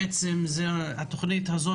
התוכנית הזאת,